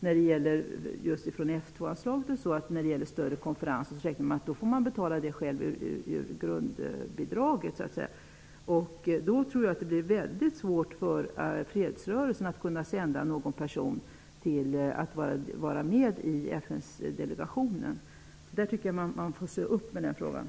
När det gäller representation i större konferenser får man betala det med grundbidraget. Då tror jag att det blir svårt för fredsrörelsen att kunna ha någon person med i FN-delegationen. Man måste se upp med den frågan.